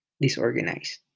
disorganized